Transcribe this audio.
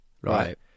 right